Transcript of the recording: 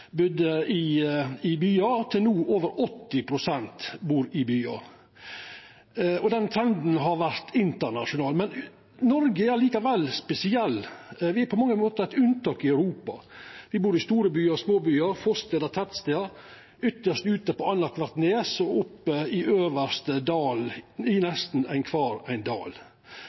i byar, til no, når over 80 pst. bur i byar. Den trenden har vore internasjonal. Noreg er likevel spesielt; me er på mange måtar eit unntak i Europa. Me bur i store byar og små byar, forstader og tettstader, ytst ute på annakvart nes og øvst oppe i dalen i nesten kvar dal. Og nesten uansett kvar ein